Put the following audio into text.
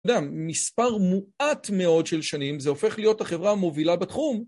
גם מספר מועט מאוד של שנים זה הופך להיות החברה המובילה בתחום.